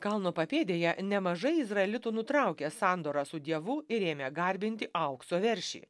kalno papėdėje nemažai izraelitų nutraukė sandorą su dievu ir ėmė garbinti aukso veršį